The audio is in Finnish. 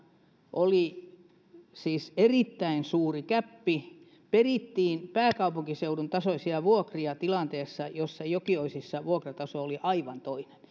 oli siis erittäin suuri gäppi perittiin pääkaupunkiseudun tasoisia vuokria tilanteessa jossa jokioisissa vuokrataso oli aivan toinen